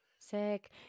sick